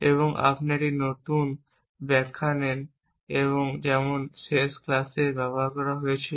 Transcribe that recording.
এবং আপনাকে একটি নতুন স্টেটের ব্যাখ্যা দেয় যেমনটি শেষ ক্লাসে ব্যাখ্যা করা হয়েছে